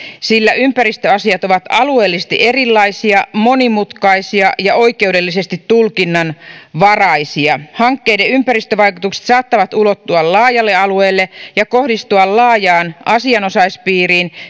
sillä ympäristöasiat ovat alueellisesti erilaisia monimutkaisia ja oikeudellisesti tulkinnanvaraisia hankkeiden ympäristövaikutukset saattavat ulottua laajalle alueelle ja kohdistua laajaan asianosaispiiriin